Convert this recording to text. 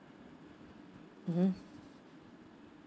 mmhmm